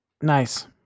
Nice